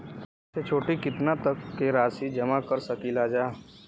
छोटी से छोटी कितना तक के राशि जमा कर सकीलाजा?